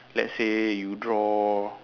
let's say you draw